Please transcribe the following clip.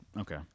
Okay